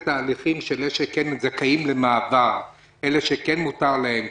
התהליכים לגבי אלו שזכאים למעבר ושכן מותר להם.